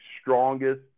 strongest